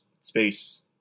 space